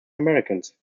americans